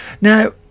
now